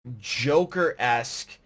joker-esque